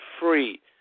free